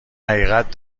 حقیقت